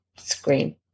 Screen